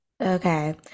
Okay